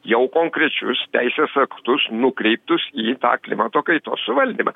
jau konkrečius teisės aktus nukreiptus į tą klimato kaitos suvaldymą